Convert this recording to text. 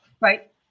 Right